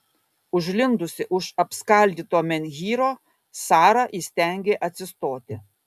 užlindusi už apskaldyto menhyro sara įstengė atsistoti